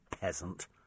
peasant